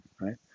right